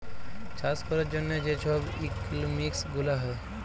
চাষ ক্যরার জ্যনহে যে ছব ইকলমিক্স গুলা হ্যয়